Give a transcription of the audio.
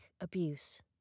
abuse